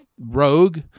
rogue